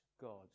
God